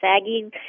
saggy